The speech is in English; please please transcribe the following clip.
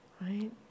right